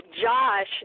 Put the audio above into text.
Josh